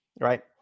right